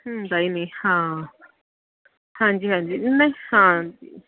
ਹੁੰਦਾ ਹੀ ਨਹੀਂ ਹਾਂ ਹਾਂਜੀ ਹਾਂਜੀ ਨਹੀਂ ਹਾਂ